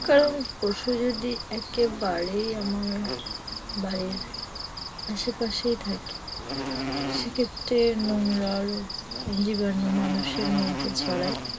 কারণ পশু যদি একেবারেই আমার বাড়ির আশেপাশেই থাকে সেক্ষেত্রে নোংরা আর জীবাণু মানুষের মধ্যে ছড়ায়